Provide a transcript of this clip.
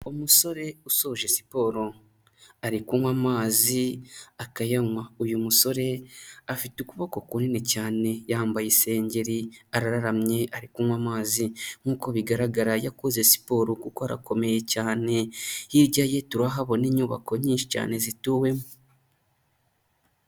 Umusore usoje siporo ari kunywa amazi akayanywa, uyu musore afite ukuboko kunini cyane, yambaye isengeri arararamye ari kunywa amazi nk'uko bigaragara yakoze siporo kuko arakomeye cyane, hirya ye turahabona inyubako nyinshi cyane zituwemo.